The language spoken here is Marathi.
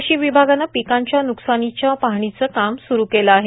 कृषी विभागानं पिकांच्या न्कानीच्या पाहणीचं काम स्रु केलं आहे